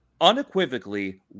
unequivocally